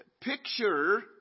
picture